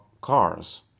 cars